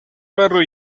barrio